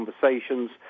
conversations